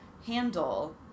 handle